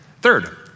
Third